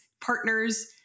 Partners